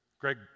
Greg